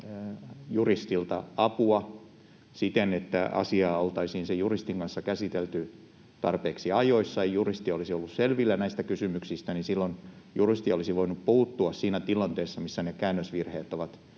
ollut mahdollisuus saada juristilta apua siten, että asiaa oltaisiin sen juristin kanssa käsitelty tarpeeksi ajoissa ja juristi olisi ollut selvillä näistä kysymyksistä, niin silloin juristi olisi voinut puuttua asiaan siinä tilanteessa, missä ne käännösvirheet olivat räikeimpiä,